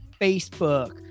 Facebook